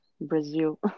Brazil